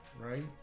right